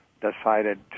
decided